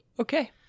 Okay